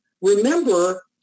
Remember